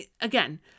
Again